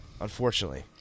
Unfortunately